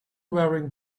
wearing